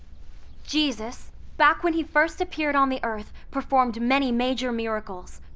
jesus back when he first appeared on the earth, performed many major miracles,